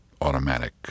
automatic